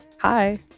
Hi